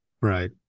right